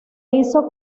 hizo